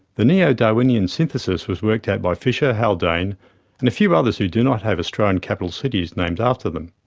the neo-darwinian synthesis was worked out by fischer, haldane and a few others who do not have australian capital cities named after them.